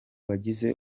bagize